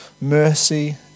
mercy